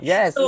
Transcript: Yes